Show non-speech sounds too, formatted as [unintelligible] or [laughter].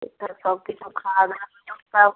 ঠিকঠাক সব কিছু খাওয়া দাওয়া [unintelligible] সব